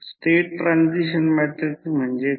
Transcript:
state transition matrix म्हणजे काय